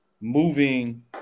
moving